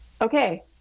okay